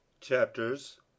Chapters